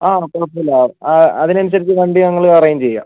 അ കുഴപ്പമില്ല അതിന് അനുസരിച്ച് വണ്ടി ഞങ്ങൾ അറേഞ്ച് ചെയ്യാം